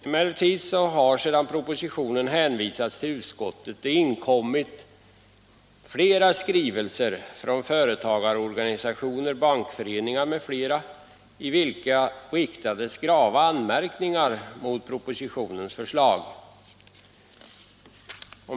Emellertid har det sedan propositionen hänvisades till utskottet inkommit flera skrivelser från företagarorganisationer, bankföreningar m.fl., i vilka riktats grava anmärkningar mot propositionens förslag.